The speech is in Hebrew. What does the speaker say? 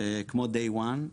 כמו היום הראשון,